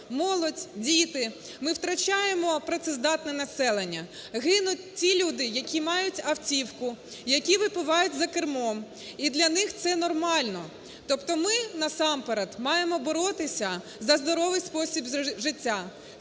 Молодь, діти. Ми втрачаємо працездатне населення. Гинуть ті люди, які мають автівку, які випивають за кермом і для них це нормально. Тобто ми насамперед маємо боротися за здоровий спосіб життя,